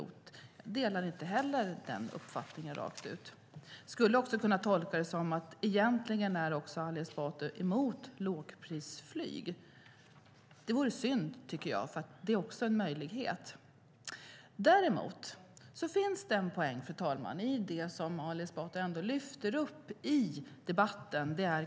Den uppfattningen delar jag inte heller rakt av. Man skulle också kunna tolka det som att Ali Esbati egentligen är emot även lågprisflyg. Det vore synd, tycker jag, för det är en möjlighet. Däremot finns det en poäng, fru talman, i det Ali Esbati lyfter upp i debatten.